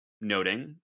noting